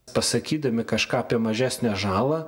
pasakydami kažką apie mažesnę žalą